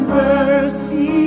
mercy